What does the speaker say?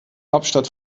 hauptstadt